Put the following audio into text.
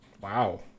Wow